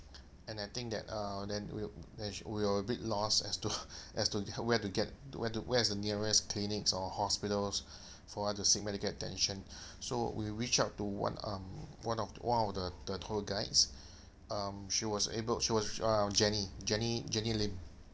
and I think that uh then we sh~ then we were a bit lost as to as to where to get where to where's the nearest clinics or hospitals for her to seek medical attention so we reach out to one um one of the one of the the tour guides um she was able she was uh jenny jenny jenny lim